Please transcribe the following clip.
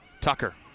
Tucker